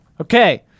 Okay